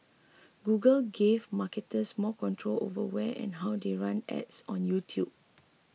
Google gave marketers more control over where and how they run ads on YouTube